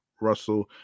Russell